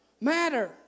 matter